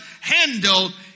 handled